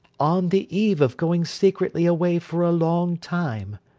on the eve of going secretly away for a long time.